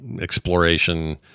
exploration